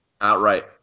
outright